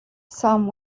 some